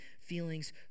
feelings